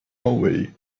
away